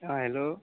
आं हॅलो